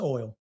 Oil